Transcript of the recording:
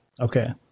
Okay